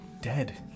Dead